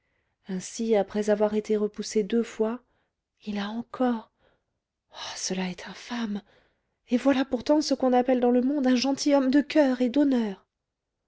ainsi après avoir été repoussé deux fois il a encore oh cela est infâme et voilà pourtant ce qu'on appelle dans le monde un gentilhomme de coeur et d'honneur